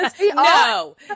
No